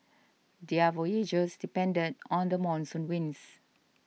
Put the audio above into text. their voyages depended on the monsoon winds